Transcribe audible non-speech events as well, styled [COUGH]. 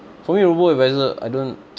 for me robo-advisor I don't [NOISE]